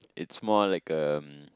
it's more like um